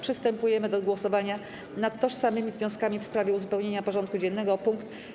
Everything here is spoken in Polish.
Przystępujemy do głosowania nad tożsamymi wnioskami w sprawie uzupełnienia porządku dziennego o punkt: